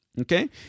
Okay